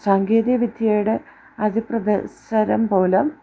സാങ്കേതിക വിദ്യയുടെ അതിപ്രസരം പോലും